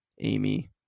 amy